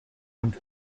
und